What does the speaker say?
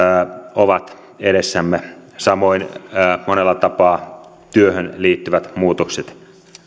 ovat edessämme samoin monella tapaa työhön liittyvät muutokset